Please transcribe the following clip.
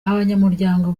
abanyamuryango